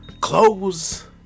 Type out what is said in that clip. clothes